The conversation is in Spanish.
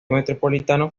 metropolitano